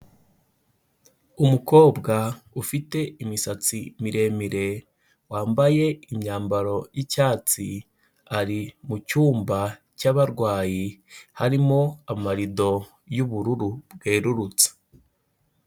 Umukobwa ufite imisatsi miremire, wambaye imyambaro y'icyatsi, ari mu cyumba cy'abarwayi, harimo amarido y'ubururu bwerurutse.